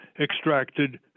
extracted